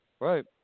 Right